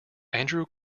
andrew